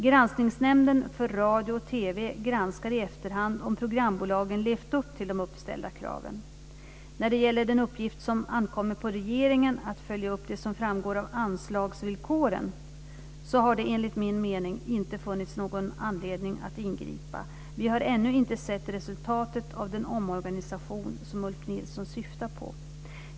Granskningsnämnden för radio och TV granskar i efterhand om programbolagen levt upp till de uppställda kraven. När det gäller den uppgift som ankommer på regeringen att följa upp det som framgår av anslagsvillkoren har det enligt min mening inte funnits någon anledning att ingripa. Vi har ännu inte sett resultatet av den omorganisation som Ulf Nilsson syftar på.